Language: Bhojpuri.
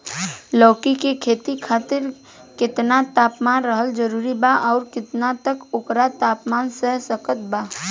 लौकी के खेती खातिर केतना तापमान रहल जरूरी बा आउर केतना तक एकर तापमान सह सकत बा?